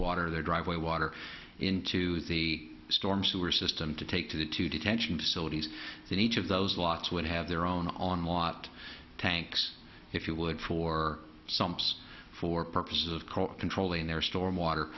water their driveway water into the storm sewer system to take to the to detention facilities in each of those lots would have their own on lot tanks if you would for sumps for purposes of coal controlling their stormwater